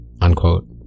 Unquote